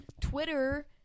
twitter